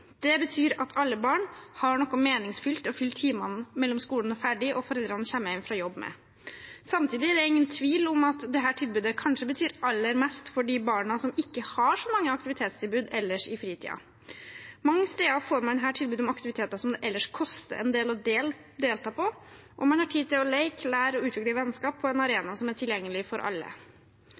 Det betyr at alle barn har noe meningsfylt å fylle timene med fra skolen er ferdig, til foreldrene kommer hjem fra jobb. Samtidig er det ingen tvil om at dette tilbudet kanskje betyr aller mest for de barna som ikke har så mange aktivitetstilbud ellers i fritiden. Mange steder får man her tilbud om aktiviteter som det ellers koster en del å delta på, og man har tid til å leke, lære og utvikle vennskap på en arena som er tilgjengelig for alle.